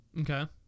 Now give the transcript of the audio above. Okay